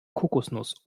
kokosnuss